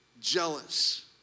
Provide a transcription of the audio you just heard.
jealous